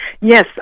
Yes